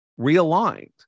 realigned